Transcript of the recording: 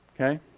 Okay